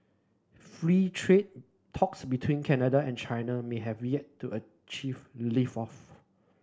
free trade talks between Canada and China may have yet to achieve lift off